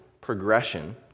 progression